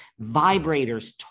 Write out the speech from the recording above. vibrators